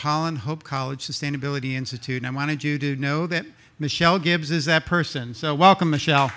holland hope college sustainability institute i wanted you to know that michelle gibbs is that person so welcome michel